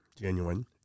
genuine